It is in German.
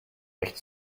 recht